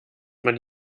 man